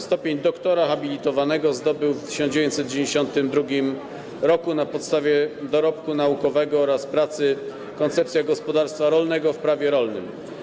Stopień doktora habilitowanego zdobył w 1992 r. na podstawie dorobku naukowego oraz pracy „Koncepcja gospodarstwa rolnego w prawie rolnym”